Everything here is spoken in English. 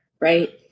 right